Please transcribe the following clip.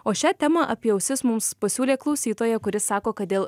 o šią temą apie ausis mums pasiūlė klausytoja kuris sako kad dėl